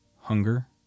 hunger